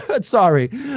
Sorry